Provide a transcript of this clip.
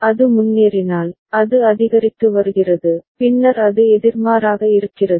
அது முன்னேறினால் அது அதிகரித்து வருகிறது பின்னர் அது எதிர்மாறாக இருக்கிறது